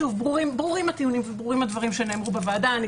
ברורים הטיעונים שנאמרו בוועדה גם